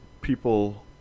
people